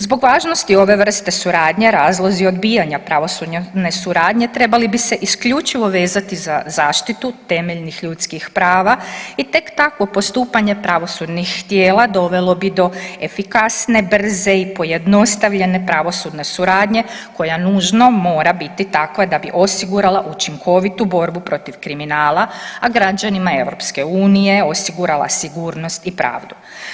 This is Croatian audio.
Zbog važnosti ove vrste suradnje, razlozi odbijanja pravosudne suradnje, trebali bi se isključivo vezati za zaštitu temeljnih ljudskih prava i tek tako postupanje pravosudnih tijela dovelo bi do efikasne, brze i pojednostavljene pravosudne suradnje koja nužno mora biti takva da bi osigurala učinkovitu borbu protiv kriminala, a građanima EU osigurala sigurnost i pravdu.